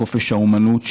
בחופש האומנות,